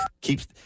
keeps